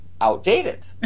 outdated